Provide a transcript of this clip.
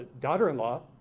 daughter-in-law